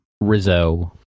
Rizzo